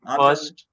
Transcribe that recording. first